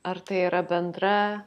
ar tai yra bendra